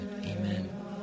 amen